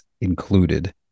included